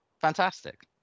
Fantastic